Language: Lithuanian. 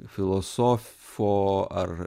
filosofo ar